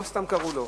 לא סתם קראו לו.